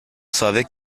savait